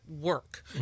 work